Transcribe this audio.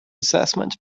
assessment